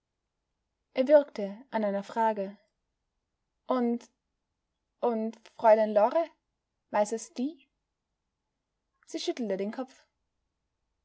er würgte an einer frage und und fräulein lore weiß es die sie schüttelte den kopf